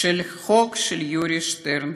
של החוק של יורי שטרן,